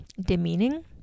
demeaning